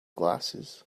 glasses